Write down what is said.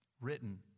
written